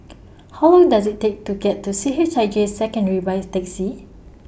How Long Does IT Take to get to C H I J Secondary By Taxi